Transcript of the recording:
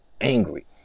angry